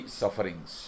sufferings